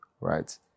right